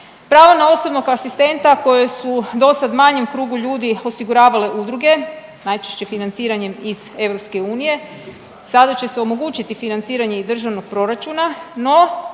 Pravo na osobnog asistenta koje su dosad manjem krugu ljudi osiguravale udruge najčešće financiranjem iz EU, sada će se omogućiti financiranje i državnog proračuna,